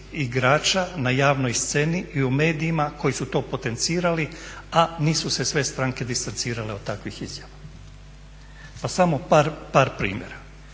igrača na javnoj sceni i u medijima koji su to potencirali a nisu se sve stranke distancirale od takvih izjava. Pa samo par primjera.